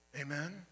Amen